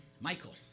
Michael